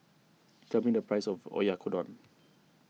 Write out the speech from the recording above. tell me the price of Oyakodon